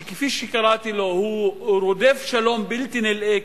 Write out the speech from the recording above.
שכפי שקראתי לו הוא רודף שלום בלתי נלאה,